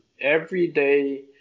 everyday